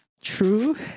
True